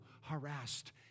harassed